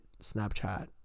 Snapchat